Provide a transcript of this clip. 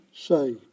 Say